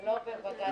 זה לא עובר בג"ץ.